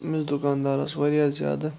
أمِس دُکانٛدارَس واریاہ زیادٕ